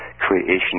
creation